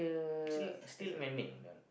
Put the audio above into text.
still still man made what that one